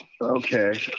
okay